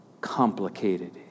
complicated